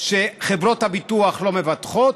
שחברות הביטוח לא מבטחות,